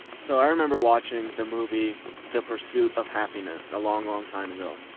so i remember watching the movie the pursuit of happyness a long long time ago,